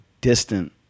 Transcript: distant